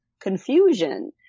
confusion